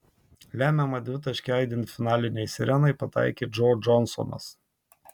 lemiamą dvitaškį aidint finalinei sirenai pataikė džo džonsonas